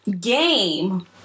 game